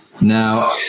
Now